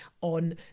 on